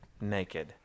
Naked